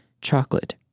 chocolate